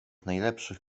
najlepszych